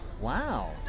wow